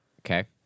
Okay